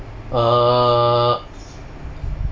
err